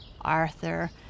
Arthur